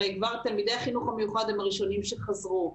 הרי כבר תלמידי החינוך המיוחד הם הראשונים שחזרו,